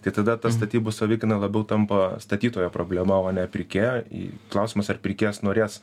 tai tada ta statybų savikaina labiau tampa statytojo problema o ne pirkėjo klausimas ar pirkėjas norės